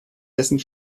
dessen